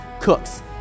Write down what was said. cooks